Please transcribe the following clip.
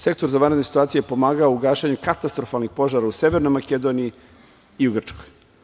Sektor za vanredne situacije je pomagao u gašenju katastrofalnih požara u Severnoj Makedoniji i u Grčkoj.